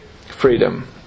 freedom